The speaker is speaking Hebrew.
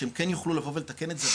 שהם כן יוכלו לבוא ולתקן את זה,